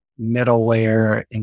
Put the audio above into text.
middleware